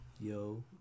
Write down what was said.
Yo